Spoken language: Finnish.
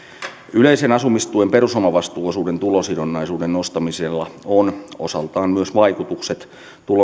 yleisen asumistuen perusomavastuuosuuden tulosidonnaisuuden nostamisella on osaltaan vaikutukset